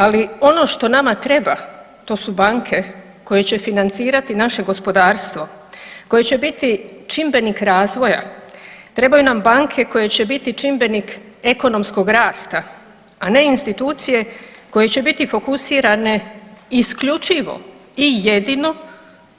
Ali ono što nama treba to su banke koje će financirati naše gospodarstvo, koje će biti čimbenik razvoja, trebaju nam banke koje će biti čimbenik ekonomskog rasta, a ne institucije koje će biti fokusirane isključivo i jedino